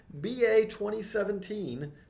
BA2017